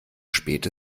spät